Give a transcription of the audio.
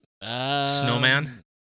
Snowman